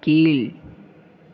கீழ்